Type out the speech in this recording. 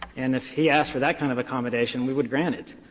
and if he asked for that kind of accommodation, we would grant it.